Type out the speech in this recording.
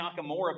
Nakamura